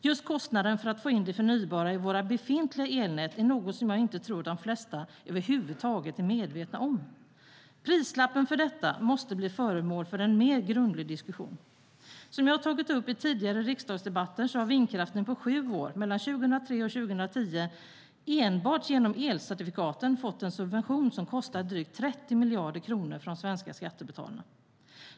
Just kostnaderna för att få in det förnybara i våra befintliga elnät är något som jag inte tror att de flesta över huvud taget är medvetna om. Prislappen för detta måste bli föremål för en mer grundlig diskussion. Som jag har tagit upp i tidigare riksdagsdebatter har vindkraften på sju år, mellan 2003 och 2010, enbart genom elcertifikaten fått en subvention som kostat drygt 30 miljarder kronor för de svenska skattebetalarna.